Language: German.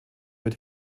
mit